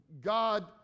God